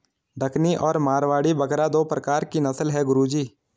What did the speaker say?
डकनी और मारवाड़ी बकरा दो प्रकार के नस्ल है गुरु जी